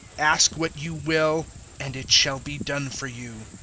ask what you will and it shall be done for you.